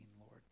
Lord